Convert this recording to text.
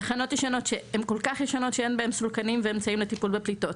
תחנות כל כך ישנות שאין בהן סולקנים ואמצעים לטיפול בפליטות.